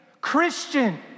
Christian